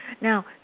Now